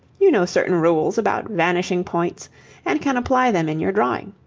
you know certain rules about vanishing points and can apply them in your drawing.